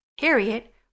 Harriet